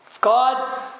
God